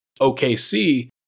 OKC